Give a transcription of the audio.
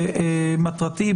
מטרתי,